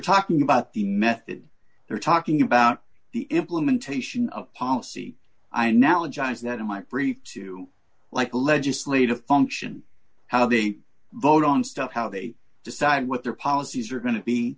talking about the method they're talking about the implementation of policy i now johns that in my brief to like a legislative function how they vote on stuff how they decide what their policies are go